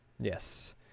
yes